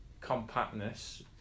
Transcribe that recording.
compactness